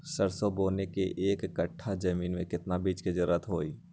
सरसो बोने के एक कट्ठा जमीन में कितने बीज की जरूरत होंगी?